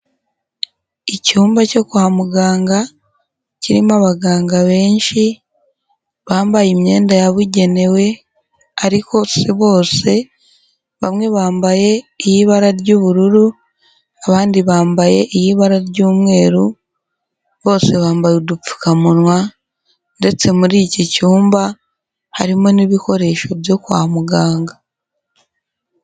Icyumba cyo kwa muganga, kirimo abaganga benshi, bambaye imyenda yabugenewe, ariko si bose, bamwe bambaye iy'ibara ry'ubururu, abandi bambaye iy'ibara ry'umweru, bose bambaye udupfukamunwa, ndetse muri iki cyumba harimo n'ibikoresho byo kwa muganga.